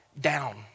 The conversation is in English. down